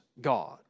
God